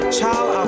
Child